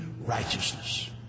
righteousness